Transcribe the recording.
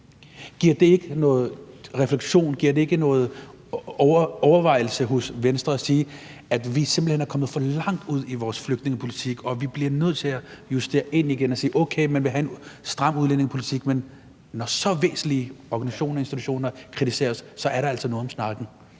anledning til nogle overvejelser hos Venstre om, at vi simpelt hen er kommet for langt ud i vores flygtningepolitik, og at vi bliver nødt til at justere ind igen? Okay, man vil have en stram udlændingepolitik, men når så væsentlige organisationer og institutioner kritiserer os, er der altså noget om snakken.